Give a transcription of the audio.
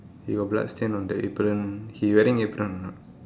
he got blood stain on the apron he wearing apron or not